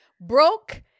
broke